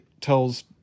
tells